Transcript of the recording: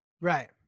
right